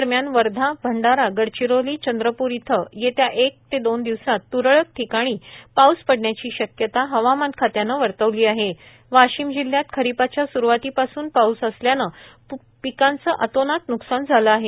दरम्यान वर्धा भंडारा गडचिरोली चंद्रप्र इथं येत्या एक दोन दिवसात त्रळक ठिकाणी पाऊस पडण्याशी शक्यता हवामान ख्त्यणे वर्तवली आहे वाशिम जिल्ह्यात खरीपाच्या सुरुवाती पासून पाऊस असल्याने पिकांचे अतोनात न्कसान झालं आहे